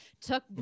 took